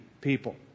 people